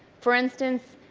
for instance,